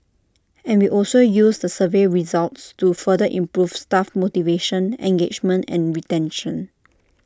and we also use the survey results to further improve staff motivation engagement and retention